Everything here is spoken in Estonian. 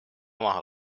maha